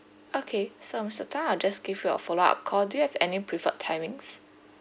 okay so mister tan I'll just give you a follow up call do you have any preferred timings